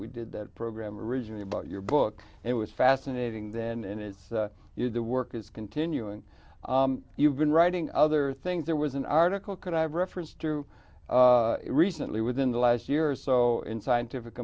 we did that program originally about your book it was fascinating then and it's you the work is continuing you've been writing other things there was an article could i reference to recently within the last year or so in scientific